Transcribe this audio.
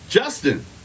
Justin